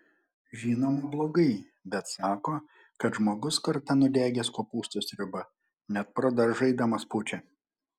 žinoma blogai bet sako kad žmogus kartą nudegęs kopūstų sriuba net pro daržą eidamas pučia